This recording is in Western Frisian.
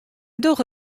dogge